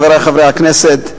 חברי חברי הכנסת,